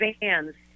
bands